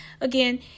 again